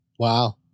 Wow